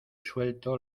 suelto